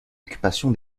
l’occupation